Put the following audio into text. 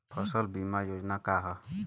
फसल बीमा योजना का ह?